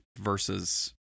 Versus